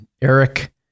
Eric